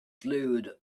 glued